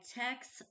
text